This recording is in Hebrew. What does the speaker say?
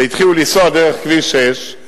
התחילו לנסוע דרך כביש 6,